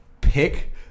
pick